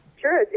sure